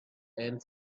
end